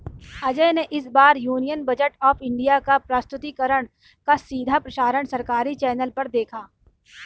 अजय ने इस बार यूनियन बजट ऑफ़ इंडिया का प्रस्तुतिकरण का सीधा प्रसारण सरकारी चैनल पर देखा